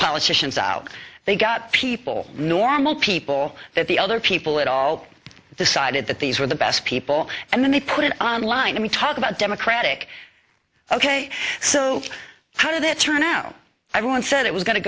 politicians out they got people normal people that the other people at all decided that these were the best people and then they put it on line and we talk about democratic ok so how did it turn out everyone said it was going to